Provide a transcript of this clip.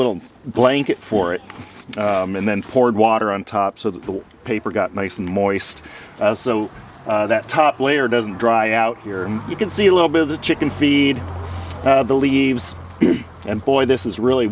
little blanket for it and then poured water on top so that the paper got nice and moist so that top layer doesn't dry out here and you can see a little bit of the chicken feed the leaves and boy this is really